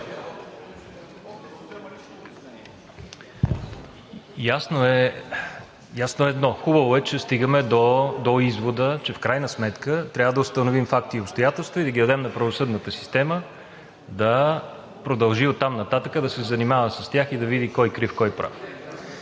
Ясно е едно: хубаво е, че стигаме до извода, че в крайна сметка трябва да установим факти и обстоятелства и да ги дадем на правосъдната система да продължи оттам нататък да се занимава с тях и да види кой е крив и кой е прав.